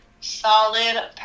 Solid